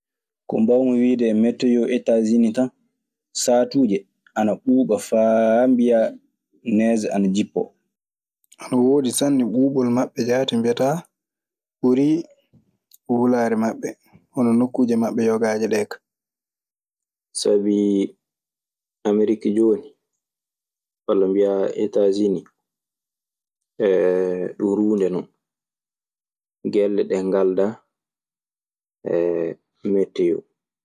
Ko mbawmi wide e meteo Ettaasini saatuje ana ɓuuba fa bia neege ana jipoo. Ana woodi sanne, ɓuuɓol maɓɓe jaati mbiyataa ɓuri wulaare maɓɓe. Hono nokkuuje maɓɓe yogaaje ɗee ka. Sabii Amrik jooni walla mbiyaa Etaasini ɗun ruunde non. Gelle ɗee ngaldaa metteyoo.